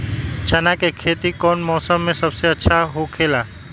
चाना के खेती कौन मौसम में सबसे अच्छा होखेला?